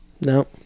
No